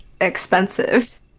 expensive